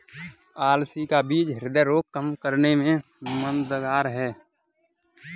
अलसी का बीज ह्रदय रोग कम करने में मददगार है